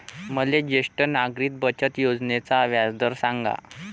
मले ज्येष्ठ नागरिक बचत योजनेचा व्याजदर सांगा